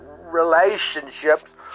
relationships